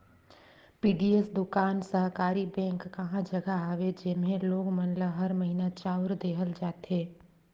PDS दुकान सहकारी bank कहा जघा हवे जेम्हे लोग मन ल हर महिना चाँउर देहल जाथे